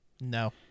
No